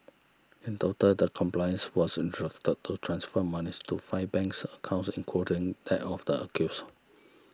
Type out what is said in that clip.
in total the accomplice was instructed to transfer monies to five banks accounts including that of the accused